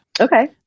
Okay